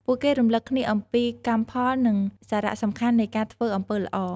ពួកគេរំឭកគ្នាអំពីកម្មផល និងសារៈសំខាន់នៃការធ្វើអំពើល្អ។